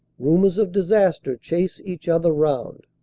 rumors of disaster chase each other round.